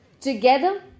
Together